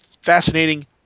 fascinating